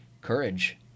courage